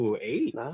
Eight